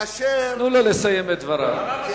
תנו לו לסיים את דבריו.